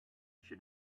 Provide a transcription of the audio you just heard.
she